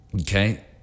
Okay